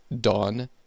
Dawn